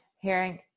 hearing